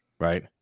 right